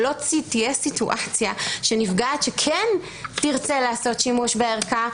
שלא תהיה סיטואציה שנפגעת שכן תרצה לעשות שימוש בערכה,